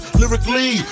lyrically